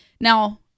Now